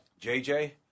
JJ